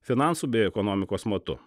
finansų bei ekonomikos matu